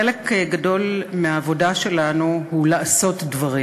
חלק גדול מהעבודה שלנו הוא לעשות דברים.